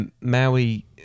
Maui